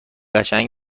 قشنگ